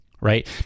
right